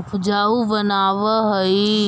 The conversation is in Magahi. ऊपजाऊ बनाबऽ हई